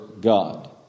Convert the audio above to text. God